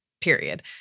period